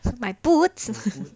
my boots